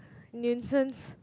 nuisance